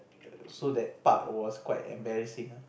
so that part was quite embarrassing ah